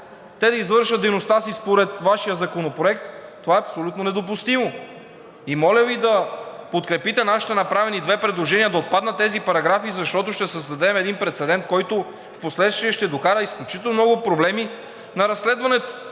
те да извършват дейността си, според Вашия законопроект това е абсолютно недопустимо. Моля Ви да подкрепите нашите направени две предложения да отпаднат тези параграфи, защото ще създадем един прецедент, който впоследствие ще докара изключително много проблеми на разследването.